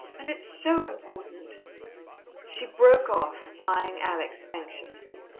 and it's so important she broke off, eyeing alex anxiously.